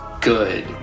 good